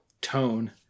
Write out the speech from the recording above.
tone